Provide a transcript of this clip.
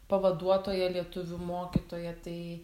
pavaduotoja lietuvių mokytoja tai